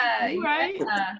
right